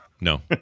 No